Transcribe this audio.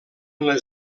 les